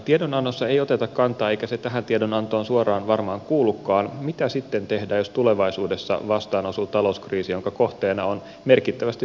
tiedonannossa ei oteta kantaa siihen eikä se tähän tiedonantoon suoraan varmaan kuulukaan mitä sitten tehdään jos tulevaisuudessa vastaan osuu talouskriisi jonka kohteena on merkittävästi suurempi kansantalous